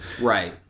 Right